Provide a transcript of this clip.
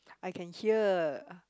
I can hear